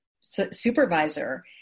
supervisor